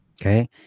Okay